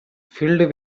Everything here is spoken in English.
filled